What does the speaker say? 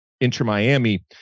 Inter-Miami